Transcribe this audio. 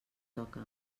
toca